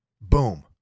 Boom